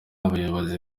abayobozi